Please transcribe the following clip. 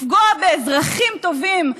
לפגוע באזרחים טובים,